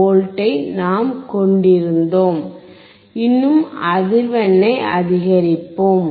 76Vஐ நாம் கொண்டிருந்தோம் இன்னும் அதிர்வெண்ணை அதிகரிப்போம்